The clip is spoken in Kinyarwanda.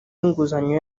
inguzanyo